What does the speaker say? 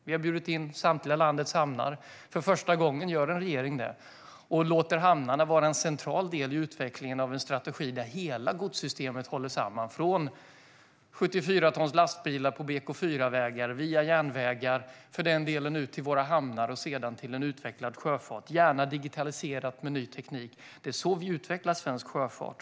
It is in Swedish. Vi har bjudit in samtliga landets hamnar - för första gången gör en regering det - och låter hamnarna vara en central del i utvecklingen av en strategi där hela godssystemet håller samman - från 74-tons lastbilar på BK4-vägar via järnvägar och sedan ut till våra hamnar och till en utvecklad sjöfart - gärna digitaliserat med ny teknik. Det är så vi utvecklar svensk sjöfart.